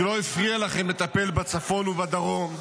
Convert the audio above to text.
שלא הפריעה לכם לטפל בצפון ובדרום,